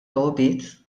logħbiet